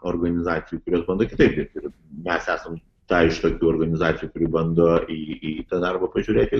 organizacijų kurios bando kitaip dirbti ir mes esam ta iš tokių organizacijų kuri bando į į tą darbą pažiūrėti